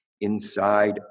inside